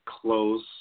close